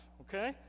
okay